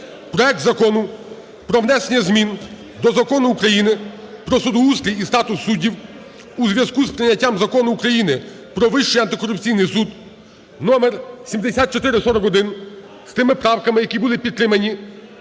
проект Закону про внесення змін до Закону України "Про судоустрій і статус суддів" у зв'язку з прийняттям Закону України "Про Вищий антикорупційний суд" (№7441) з тими правками, які були підтримані